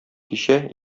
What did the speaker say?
кичә